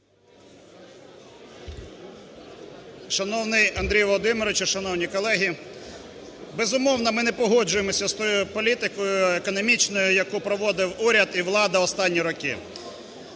Шановний Андрію Володимировичу, шановні колеги! Безумовно, ми не погоджуємося з тією політикою економічною, яку проводив уряд і влада останні роки.